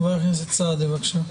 חבר הכנסת סעדי, בבקשה.